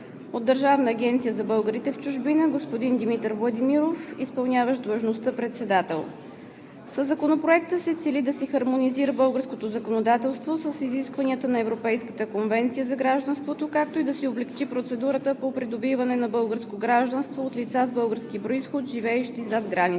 от Държавна агенция за българите в чужбина: господин Димитър Владимиров – изпълняващ длъжността председател. Със Законопроекта се цели да се хармонизира българското законодателство с изискванията на Европейската конвенция за гражданството, както и да се облекчи процедурата по придобиване на българско гражданство от лица с български произход, живеещи зад граница.